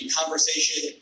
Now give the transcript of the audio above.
conversation